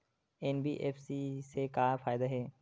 NBFC से का फ़ायदा हे?